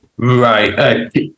Right